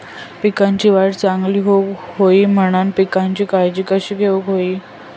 पिकाची वाढ चांगली होऊक होई म्हणान पिकाची काळजी कशी घेऊक होई?